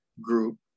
group